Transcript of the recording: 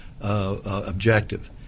objective